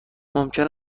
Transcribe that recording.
ممکن